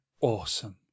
awesome